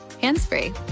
hands-free